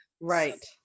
Right